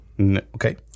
okay